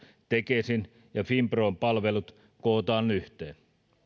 tekesin ja finpron palvelut kootaan yhteen